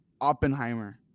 Oppenheimer